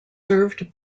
served